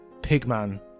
Pigman